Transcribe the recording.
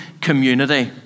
community